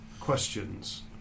questions